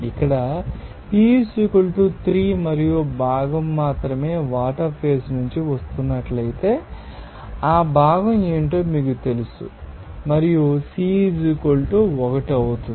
ఇక్కడ P 3 మరియు భాగం మాత్రమే వాటర్ ఫేజ్ నుండి వస్తున్నట్లయితే ఆ భాగం ఏమిటో మీకు తెలుసు మరియు C 1 అవుతుంది